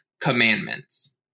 commandments